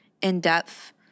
in-depth